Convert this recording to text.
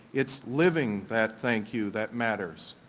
it's living that thank you that matters.